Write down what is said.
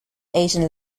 asian